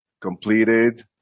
completed